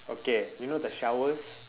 okay you know the showers